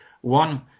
One